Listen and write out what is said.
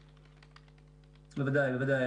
בוודאי, בוודאי.